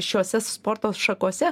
šiose sporto šakose